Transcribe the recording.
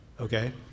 Okay